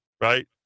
right